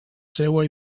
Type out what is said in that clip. seua